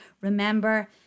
remember